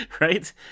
Right